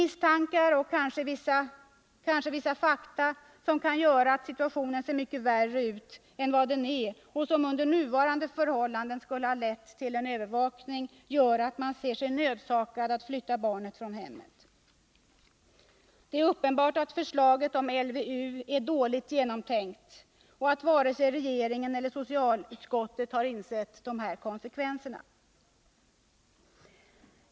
Misstankar och kanske vissa fakta som kan göra att situationen ser mycket värre ut än vad den är och som under nuvarande förhållanden skulle ha lett till övervakning gör att man ser sig nödsakad att flytta barnet från hemmet. Det är uppenbart att förslaget om LVU är dåligt genomtänkt och att inte vare sig regeringen eller socialutskottet har insett de här konsekvenserna.